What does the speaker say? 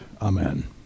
Amen